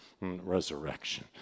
resurrection